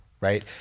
Right